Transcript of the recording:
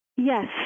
Yes